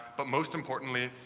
but most importantly,